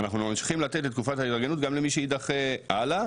אנחנו ממשיכים לתת את תקופת ההתארגנות גם למי שיידחה הלאה,